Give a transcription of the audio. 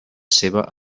seva